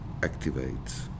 activates